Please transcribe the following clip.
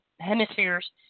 hemispheres